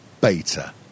beta